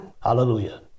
Hallelujah